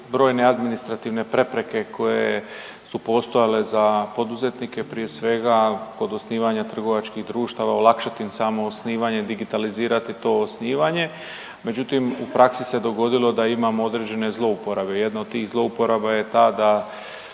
brojne administrativne prepreke koje su postojale za poduzetnike prije svega kod osnivanja trgovačkih društava, olakšati im samo osnivanje, digitalizirati to osnivanje. Međutim, u praksi se dogodilo da imamo određene zlouporabe. Jedna od tih zlouporaba je ta da